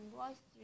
voice